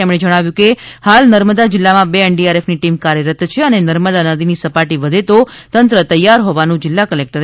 તેમણે જણાવ્યું કે હાલ નર્મદા જિલ્લામાં બે એનડીઆરએફની ટીમ કાર્યરત છે અને નર્મદા નદીની સપાટી વધે તો તંત્ર તૈયાર હોવાનું જિલ્લા કલેકટરે જણાવ્યું હતું